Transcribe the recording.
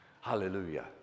Hallelujah